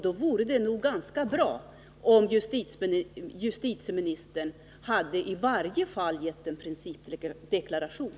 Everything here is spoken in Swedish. Då vore det nog ganska bra om justitieministern i varje fall hade avgett en principdeklaration.